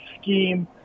scheme